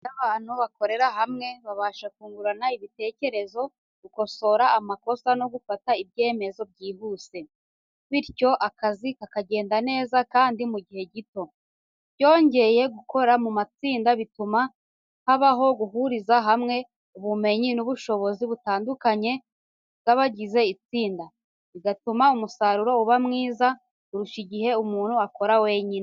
Iyo abantu bakorera hamwe, babasha kungurana ibitekerezo, gukosora amakosa no gufata ibyemezo byihuse, bityo akazi kakagenda neza kandi mu gihe gito. Byongeye, gukorera mu matsinda bituma habaho guhuriza hamwe ubumenyi n'ubushobozi butandukanye by'abagize itsinda, bigatuma umusaruro uba mwiza, kurusha igihe umuntu akora wenyine.